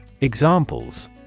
Examples